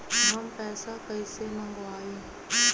हम पैसा कईसे मंगवाई?